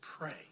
Pray